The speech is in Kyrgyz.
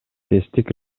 тесттик